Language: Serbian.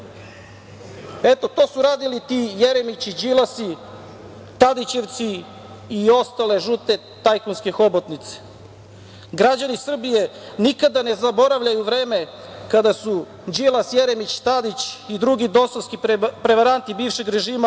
vreme. To su radili ti Jeremići, Đilasi, Tadićevci i ostale žute tajkunske hobotnice. Građani Srbije nikada ne zaboravljaju vreme kada su Đilas, Jeremić, Tadić i drugi DOS-ovski prevaranti bivšeg režima harali